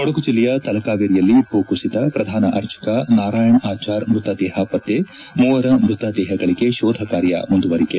ಕೊಡಗು ಜಿಲ್ಲೆಯ ತಲಕಾವೇರಿಯಲ್ಲಿ ಭೂಕುಸಿತ ಪ್ರಧಾನ ಅರ್ಚಕ ನಾರಾಯಣ್ ಅಚಾರ್ ಮೃತ ದೇಹ ಪತ್ತೆ ಮೂವರ ಮೃತ ದೇಹಗಳಿಗೆ ಶೋಧ ಕಾರ್ಯ ಮುಂದುವರಿಕೆ